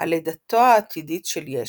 על לידתו העתידית של ישו.